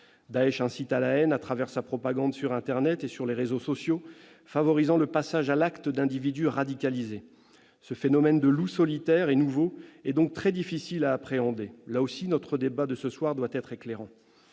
Daech incite à la haine à travers sa propagande sur internet et sur les réseaux sociaux, favorisant le passage à l'acte d'individus radicalisés. Ce phénomène de « loup solitaire » est nouveau et donc très difficile à appréhender. Là aussi, notre débat de ce soir doit être éclairant.